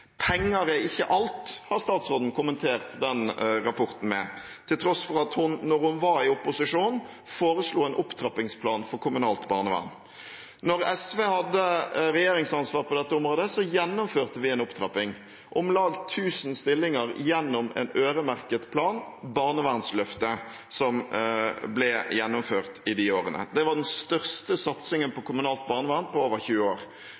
Penger er ikke alt, har statsråden kommentert til den rapporten, til tross for at hun, da hun var i opposisjon, foreslo en opptrappingsplan for kommunalt barnevern. Da SV hadde regjeringsansvar på dette området, gjennomførte vi en opptrapping, om lag 1 000 stillinger ble gjennom en øremerket plan – barnevernsløftet – tilført i de årene. Det var den største satsingen på kommunalt barnevern på over 20 år.